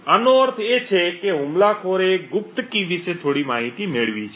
આનો અર્થ એ છે કે હુમલાખોરે ગુપ્ત કી વિશે થોડી માહિતી મેળવી છે